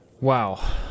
Wow